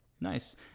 Nice